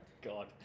God